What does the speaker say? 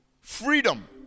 Freedom